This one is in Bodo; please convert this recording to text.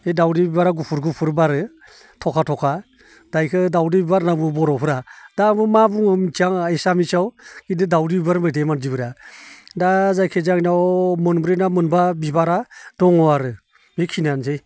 बे दाउदै बिबारा गुफुर गुफुर बारो थखा थखा दा इखो दाउदै बिबार होनना बुङो बर'फोरा दा बा मा होनना बुङो एसामिसाव खिन्थु दाउदै बिबार होनना बुंबाय थायो मानसिफोरा दा जायखिजाया आंनाव मोनब्रै ना मोनबा बिबारा दङ आरो बेखिनियानोसै